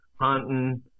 hunting